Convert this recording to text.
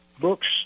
books